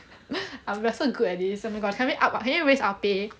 I'm like we're so good at this oh my gosh can we up can you raise our pay